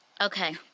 Okay